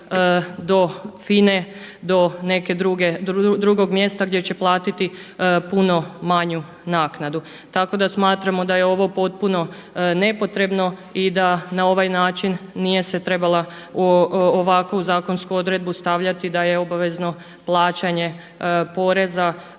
do FINA-e do nekog drugog mjesta gdje će platiti puno manju naknadu. Tako da smatramo da je ovo potpuno nepotrebno i da se na ovaj način nije se trebala ovakvu zakonsku odredbu stavljati da je obavezno plaćanje poreza